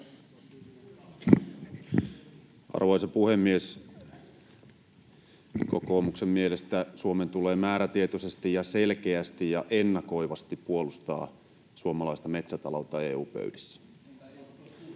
Arvoisa puhemies! Kokoomuksen mielestä Suomen tulee määrätietoisesti ja selkeästi ja ennakoivasti puolustaa suomalaista metsätaloutta EU-pöydissä. Tämä